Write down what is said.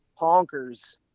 honkers